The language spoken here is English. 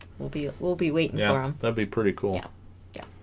we'll be we'll be waiting yeah um that'd be pretty cool yeah yeah